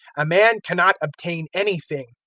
a man cannot obtain anything,